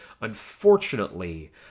unfortunately